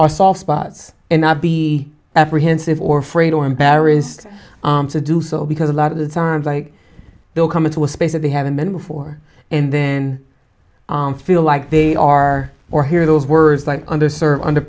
soft spots and not be apprehensive or frayed or embarrassed to do so because a lot of the times like they'll come into a space that they haven't been before and then feel like they are or hear those words like under certain under